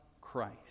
Christ